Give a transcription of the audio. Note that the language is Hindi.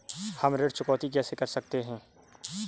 हम ऋण चुकौती कैसे कर सकते हैं?